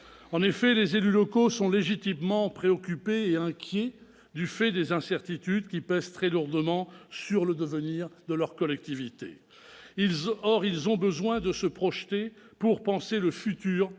En effet, les élus locaux sont légitimement préoccupés et inquiets du fait des incertitudes, qui pèsent très lourdement sur le devenir de leur collectivité. Or ils ont besoin de se projeter pour penser le futur de leur commune,